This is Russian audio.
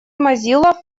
mozilla